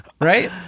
right